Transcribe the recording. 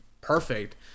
perfect